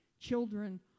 Children